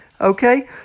Okay